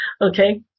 Okay